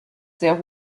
sehr